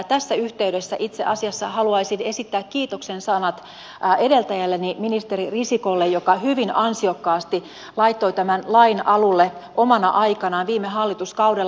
tässä yhteydessä itse asiassa haluaisin esittää kiitoksen sanat edeltäjälleni ministeri risikolle joka hyvin ansiokkaasti laittoi tämän lain alulle omana aikanaan viime hallituskaudella